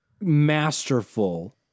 masterful